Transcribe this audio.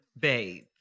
bathe